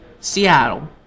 Seattle